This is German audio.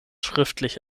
schriftlich